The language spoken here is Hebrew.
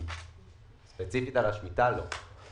ספציפית על השמיטה, לא.